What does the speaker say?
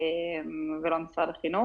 לא באחריות משרד החינוך.